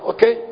Okay